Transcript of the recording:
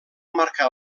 marcar